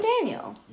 Daniel